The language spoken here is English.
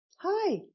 Hi